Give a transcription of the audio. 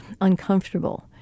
uncomfortable